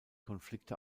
konflikte